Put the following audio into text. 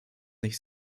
nicht